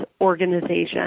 organization